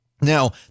Now